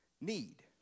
need